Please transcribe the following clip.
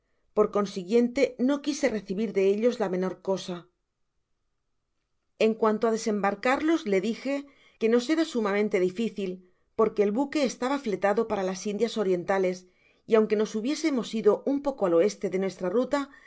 por consiguiente no quise recibir de ellos la menor cosa en cuanto á desem barcarios le dije que nos era sumamente difícil porque el buque estaba fletado para las indias orientales y aunque nos hubiésemos ido un poco al oeste de nuestra ruta